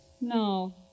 No